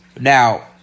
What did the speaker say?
Now